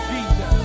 Jesus